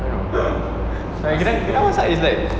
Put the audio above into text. like korang korang masak is like